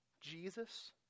Jesus